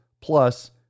Plus